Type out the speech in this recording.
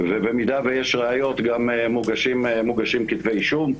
ובמידה ויש ראיות גם מוגשים כתבי אישום.